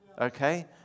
Okay